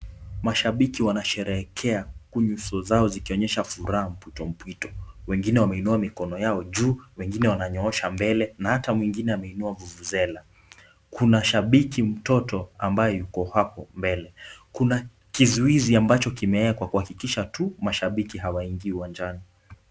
Mashabiki wanasherehekea huku nyuso zao zikionyesha furaha mpwitompwito. Wengine wameinua mikono yao juu wengine wananyoosha mbele na hata mwingine ameinua vuvuzela . Kuna shabiki mtoto ambaye yuko hapo mbele. Kuna kizuizi ambacho kimewekwa kuhakikisha tu mashabiki hawaingii uwanjani.